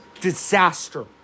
disaster